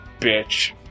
bitch